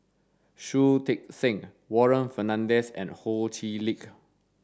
Shui Tit Sing Warren Fernandez and Ho Chee Lick